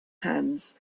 hands